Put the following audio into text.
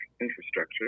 infrastructure